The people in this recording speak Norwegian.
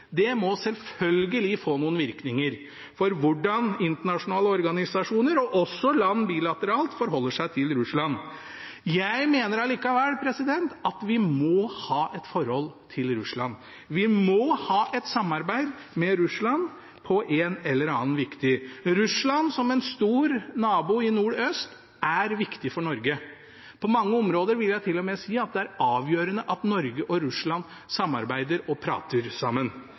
Det må selvfølgelig få noen virkninger for hvordan internasjonale organisasjoner, og også land bilateralt, forholder seg til Russland. Jeg mener likevel at vi må ha et forhold til Russland. Vi må ha et samarbeid med Russland på en eller annen måte, for Russland som en stor nabo i nordøst er viktig for Norge. På mange områder vil jeg til og med si det er avgjørende at Norge og Russland samarbeider og prater sammen.